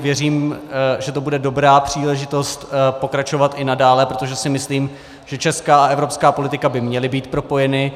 Věřím, že to bude dobrá příležitost pokračovat i nadále, protože si myslím, že česká a evropská politika by měly být propojeny.